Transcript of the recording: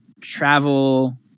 travel